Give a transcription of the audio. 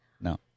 No